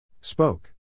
Spoke